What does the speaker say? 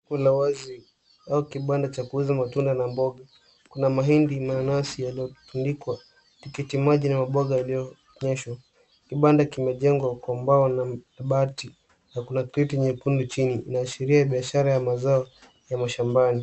Soko la wazi au kibanda cha kuuza matunda na mboga. Kuna mahindi, mananasi yaliyotundikwa tikiti maji na maboga yaliyoonyeshwa. Kibanda kimejengwa kwa mbao na mabati. Na kuna kreti nyekundu chini inaashiria biashara ya mazao ya mashambani.